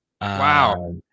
Wow